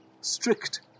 strict